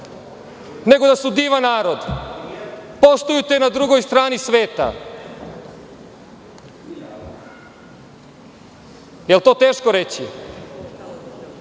nego da su divan narod, poštuju te na drugoj strani sveta. Da li je to teško reći?